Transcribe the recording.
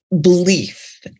belief